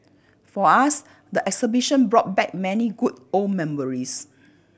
for us the exhibition brought back many good old memories